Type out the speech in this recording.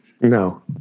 no